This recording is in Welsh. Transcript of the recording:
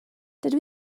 dydw